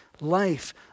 life